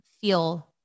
feel